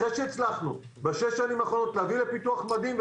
אחרי שהצלחנו בשש שנים האחרונות להביא לפיתוח מדהים.